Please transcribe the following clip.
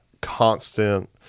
constant